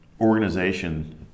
organization